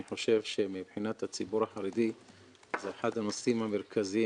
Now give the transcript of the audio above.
אני חושב שמבחינת הציבור החרדי זה אחד הנושאים המרכזיים.